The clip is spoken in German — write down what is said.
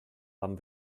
haben